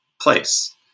place